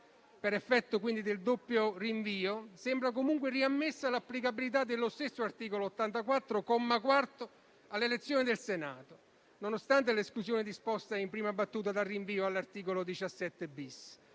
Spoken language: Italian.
Per effetto, quindi, del doppio rinvio, sembra comunque riammessa l'applicabilità dello stesso articolo 84, comma 4, all'elezione del Senato, nonostante l'esclusione disposta in prima battuta dal rinvio all'articolo 17*-bis.*